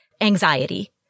anxiety